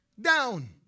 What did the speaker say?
down